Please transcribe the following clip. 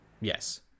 Yes